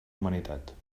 humanitat